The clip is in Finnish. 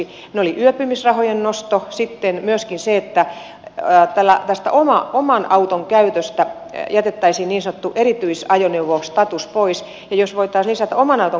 ne olivat yöpymisrahojen nosto sitten myöskin se että tästä oman auton käytöstä jätettäisiin niin sanottu erityisajoneuvostatus pois ja voitaisiin lisätä oman auton käyttöä